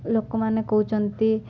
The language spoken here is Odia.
ଲୋକମାନେ କହୁଛନ୍ତି